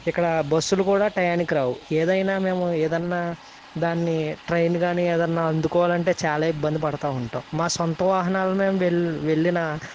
ఇక్కడ బస్సులు కూడా టయానికి రావు ఏదైనా మేము ఏదన్నా దాన్ని ట్రైన్ కానీ ఏదన్నా అందుకోవాలంటే చాలా ఇబ్బందిపడుతూ ఉంటం మా సొంత వాహనాలు మేము వెళ్లి వెళ్ళినా